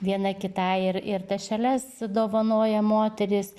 viena kitai ir ir tašeles dovanoja moterys